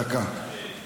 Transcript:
דקה, דקה.